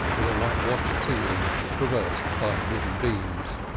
with a white-washed ceiling traversed by wooden beams.